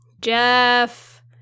Jeff